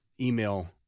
email